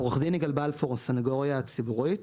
הסניגוריה הציבורית.